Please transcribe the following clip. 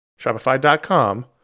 Shopify.com